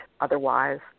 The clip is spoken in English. otherwise